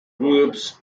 groups